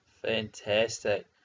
Fantastic